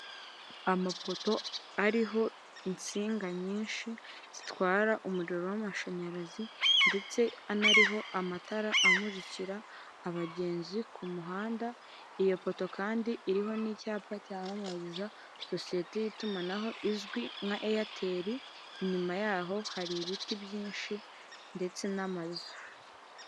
Amapoto ariho insinga nyinshi zitwara umuriro w'amashanyarazi ndetse anariho amatara amurikira abagenzi ku muhanda iyopoto kandi iriho n'icyapa cyamamariza sosiyete y'itumanaho izwi nka eyateri inyuma yaho hari ibiti byinshi ndetse n'amazu.